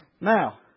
Now